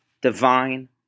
divine